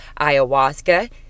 Ayahuasca